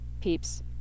peeps